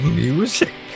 music